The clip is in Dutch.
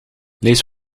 lees